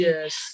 Yes